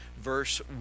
verse